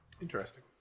Interesting